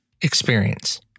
experience